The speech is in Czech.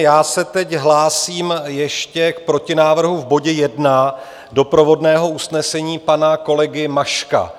Já se teď hlásím ještě k protinávrhu v bodě 1 doprovodného usnesení pana kolegy Maška.